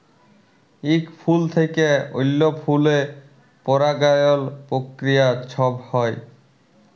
ইক ফুল থ্যাইকে অল্য ফুলে পরাগায়ল পক্রিয়া ছব হ্যয়